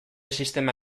sistema